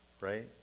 right